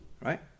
Right